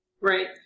right